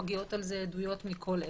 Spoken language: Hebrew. מגיעות על זה עדויות מכל עבר,